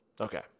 Okay